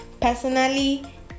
Personally